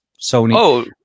Sony